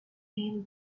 name